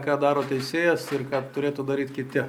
ką daro teisėjas ir ką turėtų dary kiti